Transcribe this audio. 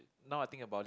now I think about it